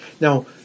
Now